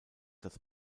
das